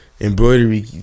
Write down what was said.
embroidery